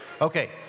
Okay